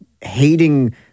hating